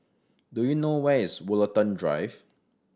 do you know where is Woollerton Drive